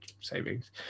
savings